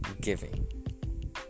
giving